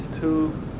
two